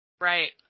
Right